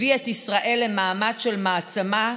הביא את ישראל למעמד של מעצמה,